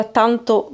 tanto